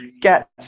get